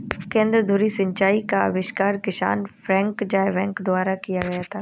केंद्र धुरी सिंचाई का आविष्कार किसान फ्रैंक ज़ायबैक द्वारा किया गया था